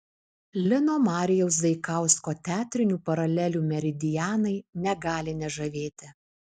lino marijaus zaikausko teatrinių paralelių meridianai negali nežavėti